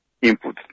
input